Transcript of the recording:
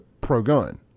pro-gun